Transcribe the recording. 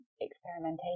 experimentation